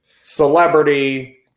celebrity